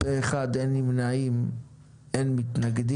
בעד 2 נגד 0 נמנעים אין אושר.